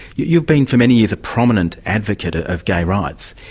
you've been for many years a prominent advocate ah of gay rights.